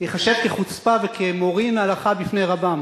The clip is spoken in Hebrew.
ייחשב כחוצפה וכמורין הלכה בפני רבם.